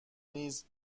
نیز